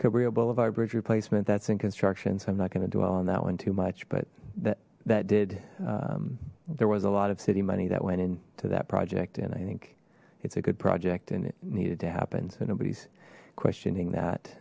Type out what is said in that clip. cabrillo boulevard bridge replacement that's in construction so i'm not going to dwell on that one too much but that that did there was a lot of city money that went in to that project and i think it's a good project and it needed to happen so nobody's questioning that